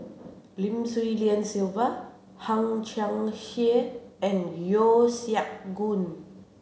Lim Swee Lian Sylvia Hang Chang Chieh and Yeo Siak Goon